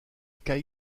kai